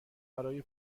برای